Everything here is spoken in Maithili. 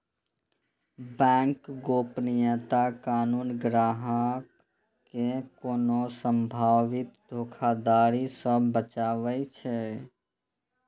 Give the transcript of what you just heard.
बैंक गोपनीयता कानून ग्राहक कें कोनो संभावित धोखाधड़ी सं बचाबै छै